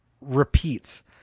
repeats